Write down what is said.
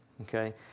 Okay